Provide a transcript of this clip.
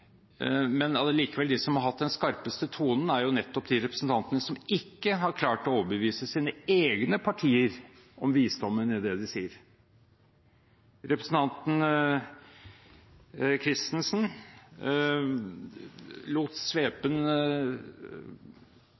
er nettopp de representantene som ikke har klart å overbevise sine egne partier om visdommen i det de sier. Representanten Christensen lot svepen